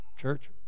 Church